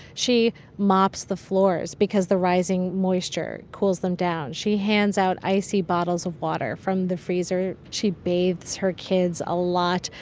she mops the floors because the rising moisture cools them down. she hands out icy bottles of water from the freezer. she bathes her kids a lot.